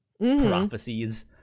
prophecies